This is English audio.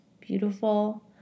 beautiful